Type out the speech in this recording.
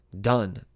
done